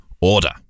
order